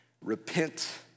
Repent